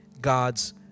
God's